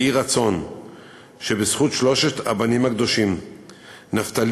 יהי רצון שבזכות שלושת הבנים הקדושים נפתלי,